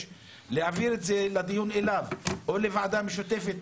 להעביר את הדיון אליו או לוועדה משותפת.